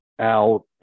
out